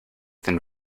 than